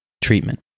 Treatment